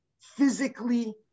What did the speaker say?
physically